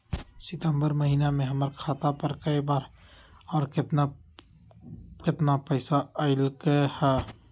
सितम्बर महीना में हमर खाता पर कय बार बार और केतना केतना पैसा अयलक ह?